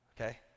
okay